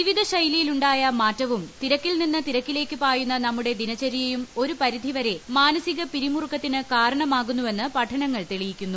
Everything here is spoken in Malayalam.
ജീവിത ശൈലിയിലുണ്ടായ മാറ്റവും തിരക്കിൽ നിന്ന് തിരക്കിലേക്ക് പായുന്ന നമ്മുടെ ദിനചര്യയും ഒരു പരിധി വരെ മാനസിക പിരിമുറുക്കത്തിന് കാരണമാകുന്നുവെന്ന് പഠനങ്ങൾ തെളിയിക്കുന്നു